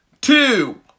two